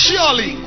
Surely